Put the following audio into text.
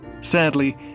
Sadly